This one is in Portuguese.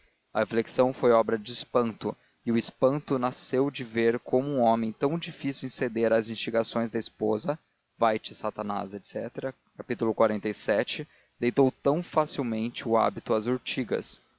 a reflexão foi obra de espanto e o espanto nasceu de ver como um homem tão difícil em ceder às instigações da esposa vai-te satanás etc capítulo xlvii deitou tão facilmente o hábito às urtigas